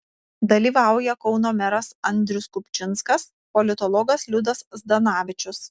dalyvauja kauno meras andrius kupčinskas politologas liudas zdanavičius